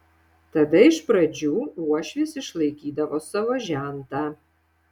tada iš pradžių uošvis išlaikydavo savo žentą